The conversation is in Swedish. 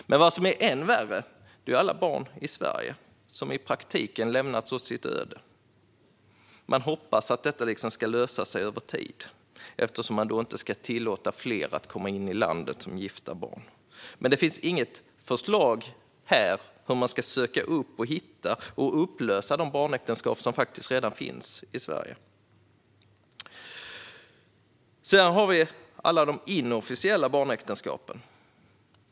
Än värre är det med alla barn i Sverige som i praktiken lämnas åt sitt öde. Man hoppas att detta ska lösa sig över tid, eftersom man inte ska tillåta fler att komma in i landet som gifta barn, men det finns inget förslag här på hur man ska söka upp, hitta och upplösa de barnäktenskap som redan finns i Sverige. Sedan har vi alla de inofficiella barnäktenskapen.